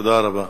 תודה רבה.